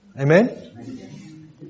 Amen